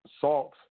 salt